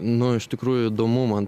nu iš tikrųjų įdomu man